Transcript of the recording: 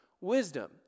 Wisdom